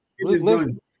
Listen